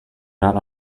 not